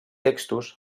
textos